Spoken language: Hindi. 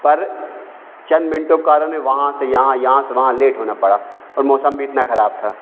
पर चंद मिनटों के कारण मैं वहाँ से यहाँ यहाँ से वहाँ लेट होना पड़ा और मौसम भी इतना ख़राब था